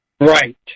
Right